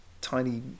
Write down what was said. tiny